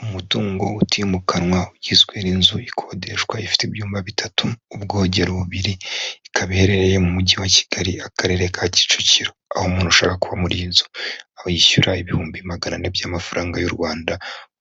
Umutungo utimukanwa ugizwe n'inzu ikodeshwa ifite ibyumba bitatu, ubwogero bubiri, ikaba iherereye mu mujyi wa Kigali, Akarere ka Kicukiro, aho umuntu ushaka kuba muri iyi inzu aho yishyura ibihumbi magana ane by'amafaranga y'u Rwanda